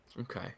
Okay